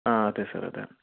ಹಾಂ ಅದೇ ಸರ್ ಅದೇ